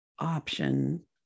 Option